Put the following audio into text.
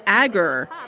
agar